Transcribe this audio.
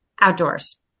outdoors